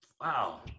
Wow